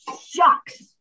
shucks